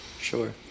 sure